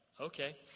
okay